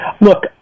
look